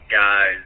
guys